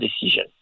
decision